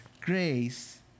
grace